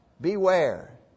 Beware